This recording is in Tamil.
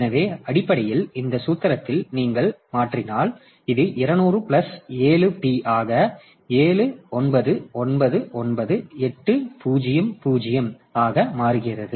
எனவே அடிப்படையில் இந்த சூத்திரத்தில் நீங்கள் மாற்றினால் இது 200 பிளஸ் 7 p ஆக 7999 800 ஆக மாறுகிறது